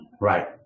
Right